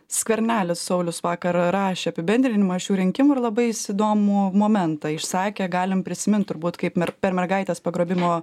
skvernelis saulius vakar rašė apibendrinimą šių rinkimų ir labai jis įdomų momentą išsakė galim prisimint turbūt kaip mer per mergaitės pagrobimo